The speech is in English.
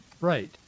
right